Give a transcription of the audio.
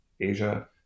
Asia